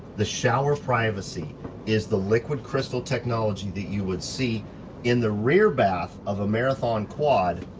the shower privacy is the liquid crystal technology that you would see in the rear bath of a marathon quad.